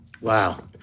Wow